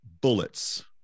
bullets